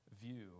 view